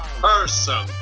person